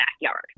backyard